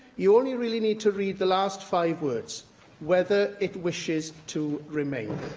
you only really need to read the last five words whether it wishes to remain.